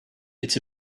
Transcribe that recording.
it’s